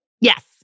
Yes